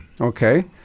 Okay